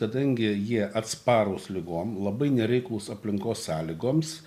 kadangi jie atsparūs ligom labai nereiklūs aplinkos sąlygoms